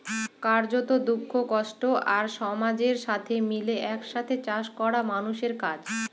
কার্যত, দুঃখ, কষ্ট আর সমাজের সাথে মিলে এক সাথে চাষ করা মানুষের কাজ